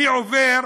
אני עובר,